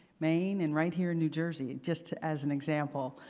maine and right here in new jersey, just as an example.